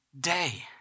day